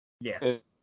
yes